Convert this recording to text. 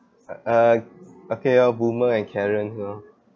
uh uh okay orh boomer and karens orh